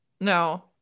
No